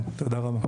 תודה רבה.